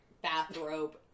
bathrobe